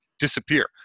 disappear